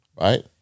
Right